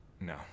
No